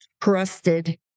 trusted